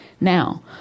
now